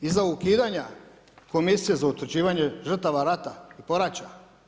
Iza ukidanja komisije za utvrđivanje žrtava rata i poraća?